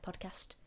podcast